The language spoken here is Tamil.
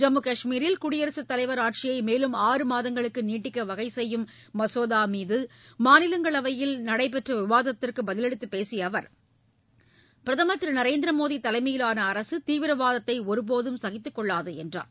ஜம்மு கஷ்மீரில் குடியரசுத் தலைவா் ஆட்சியை மேலும் ஆறு மாதங்களுக்கு நீட்டிக்க வகைசெய்யும் மசோதா மீது மாநிலங்களவையில் நடைபெற்ற விவாதத்திற்கு பதிலளித்து பேசிய அவர் பிரதமா் திரு நரேந்திர மோடி தலைமையிலான அரசு தீவிரவாதத்தை ஒருபோதும் சகித்துக் கொள்ளாது என்றார்